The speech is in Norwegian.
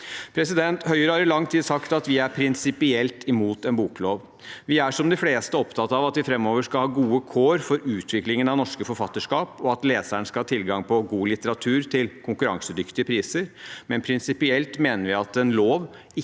fastprismodell. Høyre har i lang tid sagt at vi er prinsipielt imot en boklov. Vi er som de fleste opptatt av at vi framover skal ha gode kår for utviklingen av norske forfatterskap, og at leseren skal ha tilgang på god litteratur til konkurransedyktige priser, men prinsipielt mener vi at en lov